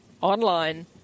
online